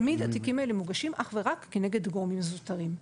תמיד התיקים האלה מוגשים אך ורק כנגד גורמים זוטרים.